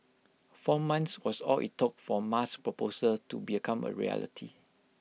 four months was all IT took for Ma's proposal to become A reality